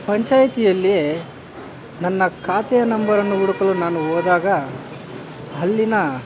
ಪಂಚಾಯಿತಿಯಲ್ಲಿಯೇ ನನ್ನ ಖಾತೆಯ ನಂಬರನ್ನು ಹುಡುಕಲು ನಾನು ಹೋದಾಗ ಅಲ್ಲಿನ